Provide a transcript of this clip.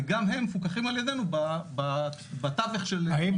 וגם הם מפוקחים על ידינו בתווך --- האם